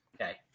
okay